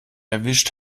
erwischt